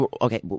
Okay